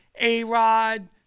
A-Rod